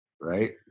right